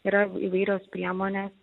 yra įvairios priemonės